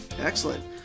Excellent